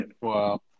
Wow